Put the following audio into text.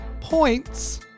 points